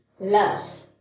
Love